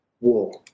war